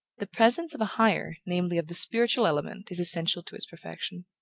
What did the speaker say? the presence of a higher namely, of the spiritual element is essential to its perfection.